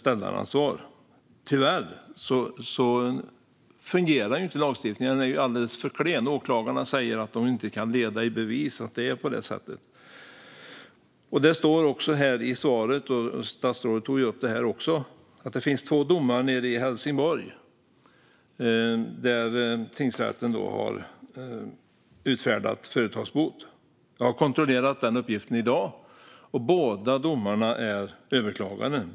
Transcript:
Tyvärr fungerar inte lagstiftningen. Den är alldeles för klen. Åklagarna säger att de inte kan leda i bevis att det är på det här sättet. Det sägs vidare i svaret, och statsrådet tog upp det också nu, att det finns två domar nere i Helsingborg där tingsrätten har utfärdat företagsbot. Jag har kontrollerat den uppgiften i dag, och båda domarna är överklagade.